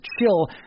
chill